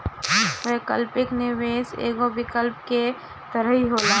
वैकल्पिक निवेश एगो विकल्प के तरही होला